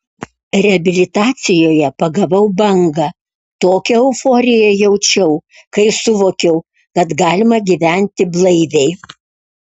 reabilitacijoje pagavau bangą tokią euforiją jaučiau kai suvokiau kad galima gyventi blaiviai